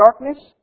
darkness